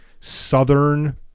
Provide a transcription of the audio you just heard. southern